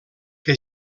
que